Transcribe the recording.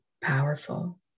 powerful